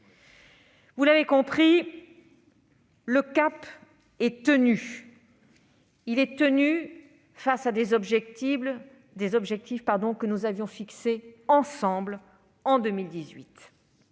Vous l'avez compris, le cap est tenu en direction d'objectifs que nous avions fixés ensemble en 2018.